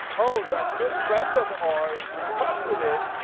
oh that good friend of ours requested it,